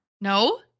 no